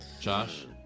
Josh